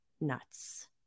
Nuts